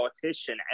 politician